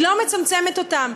היא לא מצמצמת אותם.